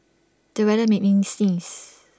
the weather made me sneeze